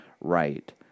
right